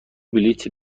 بلیط